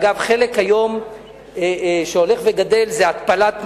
אגב, היום חלק שהולך וגדל זה התפלת מים,